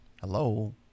Hello